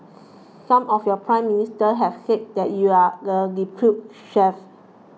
some of your Prime Ministers have said that you are the deputy sheriff